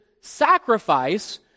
sacrifice